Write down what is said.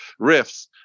riffs